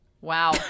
wow